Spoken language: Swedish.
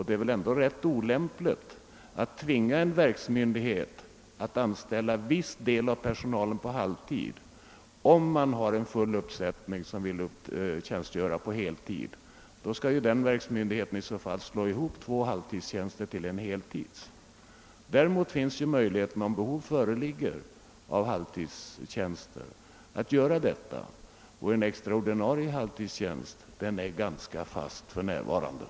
Det är väl ändå rätt olämpligt att tvinga en verksmyndighet att an ställa viss del av personalen på halvtid, om man har full uppsättning som vill tjänstgöra på heltid. Denna verksmyndighet finge i så fall slå ihop två halvtidstjänster till en heltidstjänst. Om behov av halvtidstjänster föreligger, finns däremot möjlighet att inrätta sådana, och en extra ordinarie halvtidstjänst är för närvarande ändå ganska fast.